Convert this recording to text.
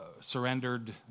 surrendered